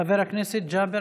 חבר הכנסת ג'אבר